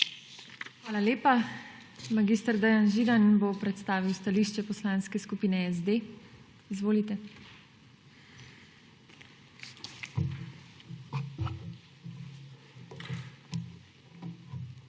Hvala lepa. Mag. Dejan Židan bo predstavil stališče Poslanske skupine SD. Izvolite. **MAG.